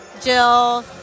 Jill